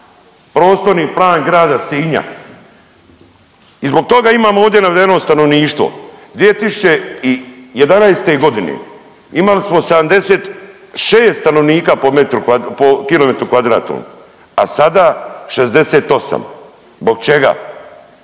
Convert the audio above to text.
Prostorni plan grada Sinja i zbog toga imamo ovdje navedeno stanovništvo. 2011. godine imali smo 76 stanovnika po metru kvadratnom, po kilometru